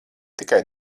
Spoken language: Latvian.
tikai